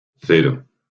cero